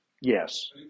Yes